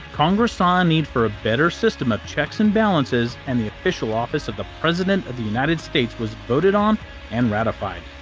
congress saw a and need for a better system of checks and balances, and the official office of the president of the united states was voted on and ratified.